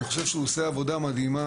אני חושב שהוא עושה עבודה מדהימה,